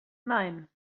nein